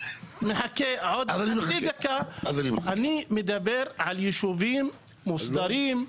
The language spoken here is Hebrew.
אני מדבר על יישובים מוסדרים,